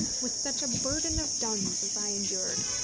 with such a burden of duns as i endured.